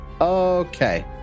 Okay